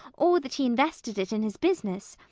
or that he invested it in his business.